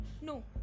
no